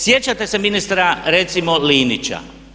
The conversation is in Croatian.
Sjećate se ministra recimo Linića.